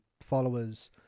followers